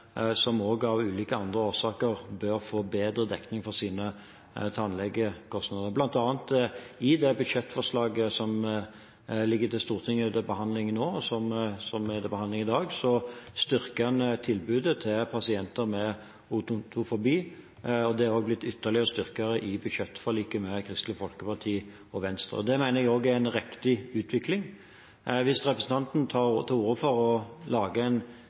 og som av ulike andre årsaker bør få bedre dekning for sine tannlegekostnader. Blant annet i det budsjettforslaget som ligger til behandling i Stortinget i dag, styrker en tilbudet til pasienter med odontofobi. Det er også blitt ytterligere styrket i budsjettforliket med Kristelig Folkeparti og Venstre. Det mener jeg også er en riktig utvikling. Hvis representanten tar til orde for å lage en